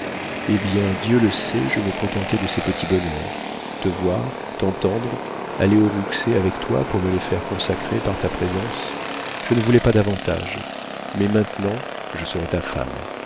eh bien dieu le sait je me contentais de ces petits bonheurs te voir t'entendre aller aux rouxey avec toi pour me les faire consacrer par ta présence je ne voulais pas davantage mais maintenant je serai ta femme